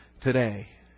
today